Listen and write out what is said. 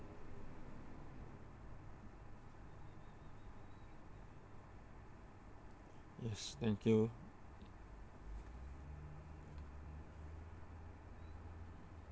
yes thank you